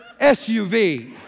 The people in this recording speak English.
SUV